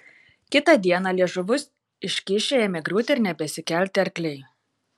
kitą dieną liežuvius iškišę ėmė griūti ir nebesikelti arkliai